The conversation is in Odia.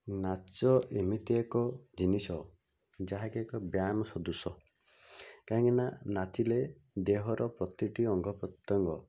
ନାଚ ଏମିତି ଏକ ଜିନିଷ ଯାହାକି ଏକ ବ୍ୟାୟାମ ସଦୃଶ କାହିଁକିନା ନାଚିଲେ ଦେହର ପ୍ରତିଟି ଅଙ୍ଗପ୍ରତ୍ୟଙ୍ଗ